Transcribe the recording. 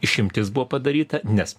išimtis buvo padaryta nes